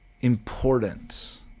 important